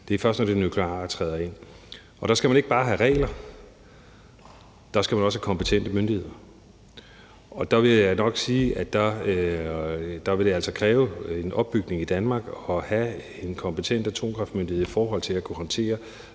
Det er først, når det nukleare træder ind, og der skal man ikke bare have regler; der skal man også have kompetente myndigheder. Der vil jeg nok sige, at der vil det altså kræve en opbygning i Danmark at have en kompetent atomkraftmyndighed i forhold til at kunne håndtere